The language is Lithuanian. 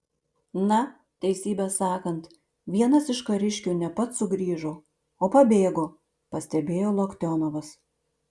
na teisybę sakant vienas iš kariškių ne pats sugrįžo o pabėgo pastebėjo loktionovas